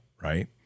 right